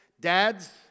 dads